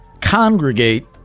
congregate